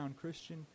Christian